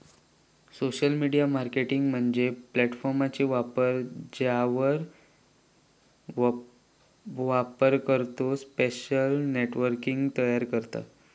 social media marketing म्हणजे प्लॅटफॉर्मचो वापर ज्यावर वापरकर्तो सोशल नेटवर्क तयार करता